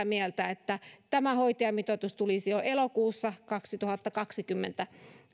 mieltä että tämä hoitajamitoitus tulisi jo elokuussa kaksituhattakaksikymmentä